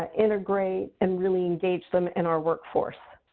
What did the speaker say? integrate, and really engage them in our workforce.